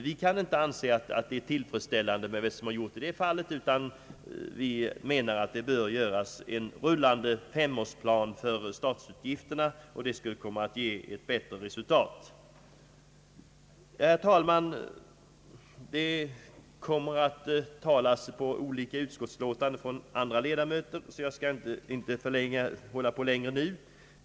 Vi kan inte anse att det är tillfredsställande med vad som har gjorts i det fallet, utan vi menar att det bör göras en rullande femårsplan över statsutgifterna. Det skulle komma att ge ett bättre resultat. Herr talman! Andra ledamöter kommer att tala om de olika utskottsutlåtanden, som nu behandlas, så jag skall inte fortsätta så länge till.